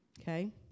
okay